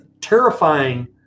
terrifying